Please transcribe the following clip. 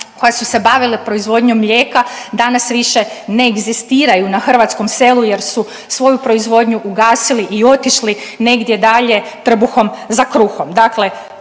koja su se bavila proizvodnjom mlijeka danas više ne egzistiraju na hrvatskom selu jer su svoju proizvodnju ugasili i otišli negdje dalje trbuhom za kruhom.